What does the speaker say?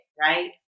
right